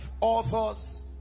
authors